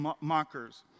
mockers